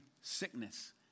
sickness